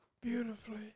beautifully